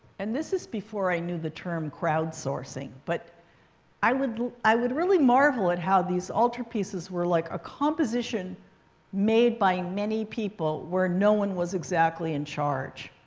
and this is before i knew the term crowdsourcing. but i would i would really marvel at how these altar pieces were like a composition made by many people, where no one was exactly in charge.